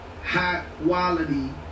high-quality